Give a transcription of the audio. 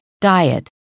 diet